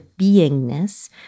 beingness